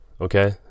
okay